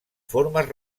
formes